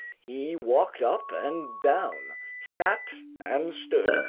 he walked up and down, sat and stood,